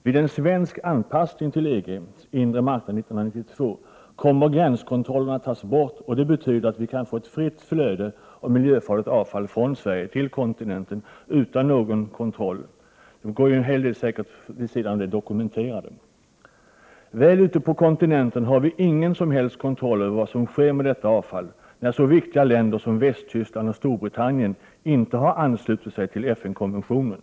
Vid en svensk anpassning till EG:s inre marknad 1992 kommer gränskontrollerna att tas bort. Det betyder att vi kan få ett fritt flöde av miljöfarligt avfall från Sverige till kontinenten utan någon kontroll. En hel del går säkert vid sidan av det dokumenterade. Vi har ingen som helst kontroll över vad som sker med detta avfall ute på kontinenten, när så viktiga länder som Västtyskland och Storbritannien inte har anslutit sig till FN-konventionen.